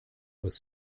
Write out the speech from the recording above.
was